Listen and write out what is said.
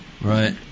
Right